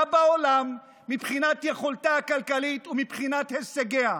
בעולם מבחינת יכולתה הכלכלית ומבחינת הישגיה: